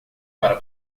para